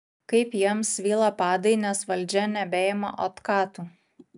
kaip jiems svyla padai nes valdžia nebeima otkatų